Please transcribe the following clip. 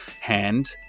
hand